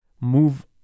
move